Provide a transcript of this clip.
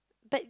but